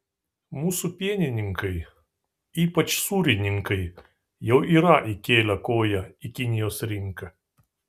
mūsų pienininkai ypač sūrininkai jau yra įkėlę koją į kinijos rinką